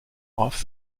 off